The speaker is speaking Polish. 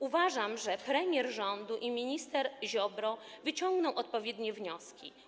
Uważam, że premier rządu i minister Ziobro wyciągną odpowiednie wnioski.